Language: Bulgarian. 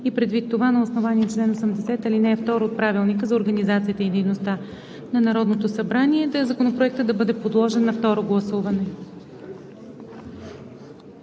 и предвид това на основание чл. 80, ал. 2 от Правилника за организацията и дейността на Народното събрание, Законопроектът да бъде подложен на второ гласуване.